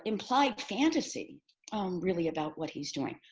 implied fantasy really about what he's doing.